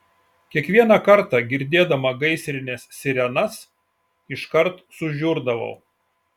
kiekvieną kartą girdėdama gaisrinės sirenas iškart sužiurdavau